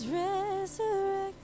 resurrected